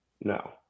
No